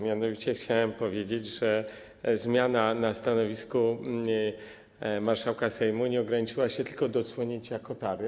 Mianowicie chciałem powiedzieć, że zmiana na stanowisku marszałka Sejmu nie ograniczyła się tylko do odsłonięcia kotary.